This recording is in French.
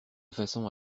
façon